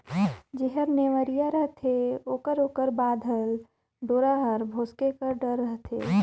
जेहर नेवरिया रहथे ओकर ओकर बाधल डोरा हर भोसके कर डर रहथे